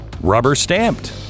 rubber-stamped